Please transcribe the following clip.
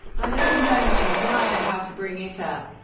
i don't know when or why or how to bring it up.